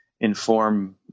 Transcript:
inform